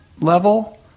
level